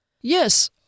Yes